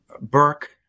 Burke